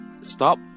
Stop